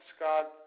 Scott